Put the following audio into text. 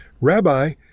Rabbi